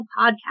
podcast